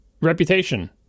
reputation